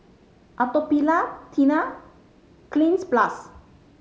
Atopiclair Tena Cleanz Plus